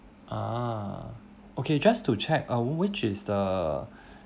uh okay just to check uh which is the